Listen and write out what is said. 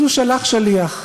אז הוא שלח שליח.